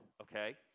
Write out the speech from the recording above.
okay